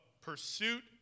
pursuit